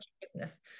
business